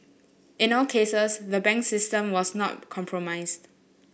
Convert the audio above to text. in all cases the bank system was not compromised